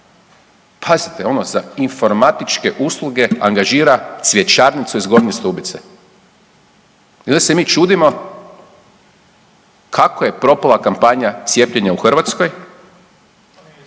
Pazite ono, za informatičke usluge angažira cvjećarnicu iz Gornje Stubice. I onda se mi čudimo kako je propala kampanja cijepljenja u Hrvatskoj